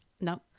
no